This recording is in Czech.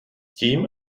tím